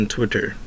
Twitter